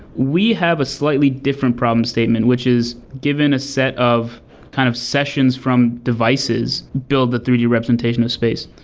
we have a slightly different problem statement, which is given a set of kind of sessions from devices build the three d representation of space.